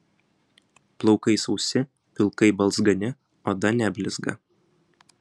plaukai sausi pilkai balzgani oda neblizga